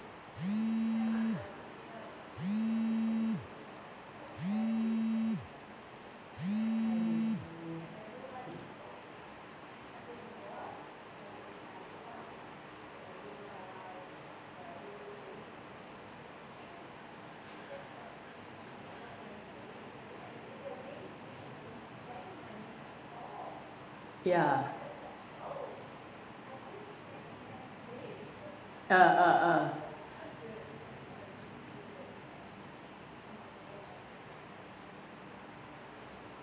ya uh uh uh